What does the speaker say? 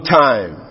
time